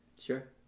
Sure